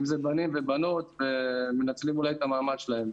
אם זה בנים ובנות, ומנצלים אולי את המעמד שלהם.